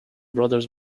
brothers